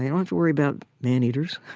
you don't have to worry about man-eaters.